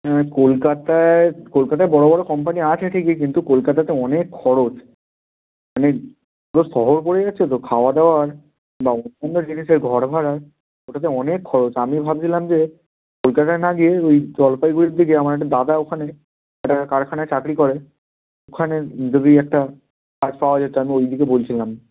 হ্যাঁ কলকাতায় কলকাতায় বড় বড় কোম্পানি আছে ঠিকই কিন্তু কলকাতাতে অনেক খরচ মানে পুরো শহর পড়ে গেছে তো খাওয়া দাওয়ার বা অন্যান্য জিনিসের ঘর ভাড়া ওটাতে অনেক খরচ আমি ভাবছিলাম যে কলকাতায় না গিয়ে ঐ জলপাইগুড়ির দিকে আমার একটা দাদা ওখানে একটা কারখানায় চাকরি করে ওখানে যদি একটা কাজ পাওয়া যেত আমি ঐদিকে বলছিলাম